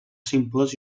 simples